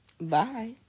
Bye